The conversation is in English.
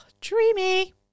Dreamy